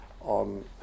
on